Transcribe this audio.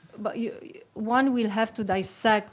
but yeah one, we'll have to dissect